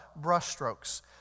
brushstrokes